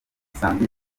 isanzwe